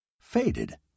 faded